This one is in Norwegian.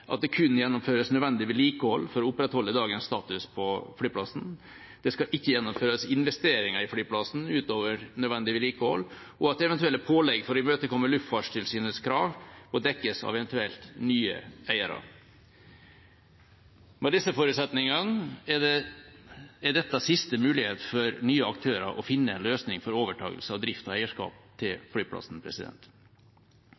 at det kun gjennomføres nødvendig vedlikehold for å opprettholde dagens status på flyplassen, at det ikke skal gjennomføres investeringer i flyplassen utover nødvendig vedlikehold, og at eventuelle pålegg for å imøtekomme Luftfartstilsynets krav må dekkes av eventuelle nye eiere. Med disse forutsetningene er dette siste mulighet for nye aktører til å finne en løsning for overtagelse av drift og eierskap til